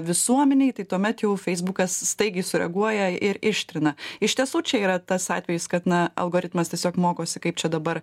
visuomenei tai tuomet jau feisbukas staigiai sureaguoja ir ištrina iš tiesų čia yra tas atvejis kad na algoritmas tiesiog mokosi kaip čia dabar